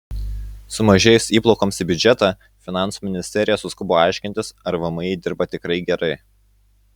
sumažėjus įplaukoms į biudžetą finansų ministerija suskubo aiškintis ar vmi dirba tikrai gerai